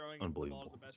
unbelievable